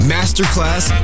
Masterclass